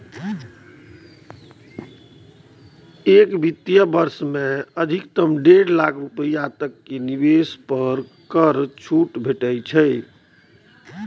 एक वित्त वर्ष मे अधिकतम डेढ़ लाख रुपैया तक के निवेश पर कर छूट भेटै छै